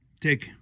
Take